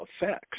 effects